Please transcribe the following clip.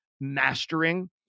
mastering